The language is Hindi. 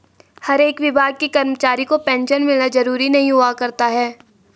हर एक विभाग के कर्मचारी को पेन्शन मिलना जरूरी नहीं हुआ करता है